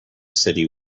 city